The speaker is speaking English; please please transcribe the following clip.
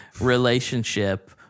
relationship